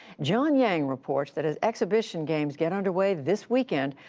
john yang reports that, as exhibition games get under way this weekend,